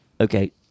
Okay